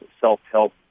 self-help